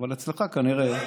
אבל אצלך כנראה,